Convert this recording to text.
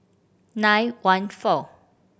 nine one four